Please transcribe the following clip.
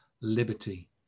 liberty